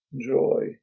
joy